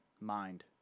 mind